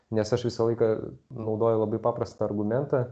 nes aš visą laiką naudoju labai paprastą argumentą